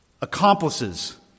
accomplices